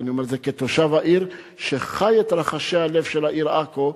ואני אומר את זה כתושב העיר שחי את רחשי הלב של העיר עכו,